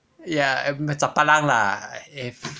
ya and japalang lah